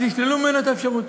אז ישללו ממנו את האפשרות,